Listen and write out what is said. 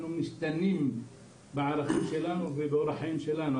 משתנים בערכים שלנו ובאורח החיים שלנו.